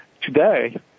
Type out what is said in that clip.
today